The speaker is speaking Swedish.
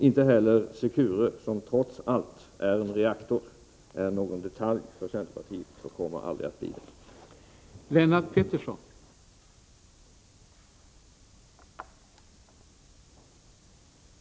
Inte heller Secure, som trots allt är en reaktor, är någon detalj för centerpartiet och kommer aldrig att bli det.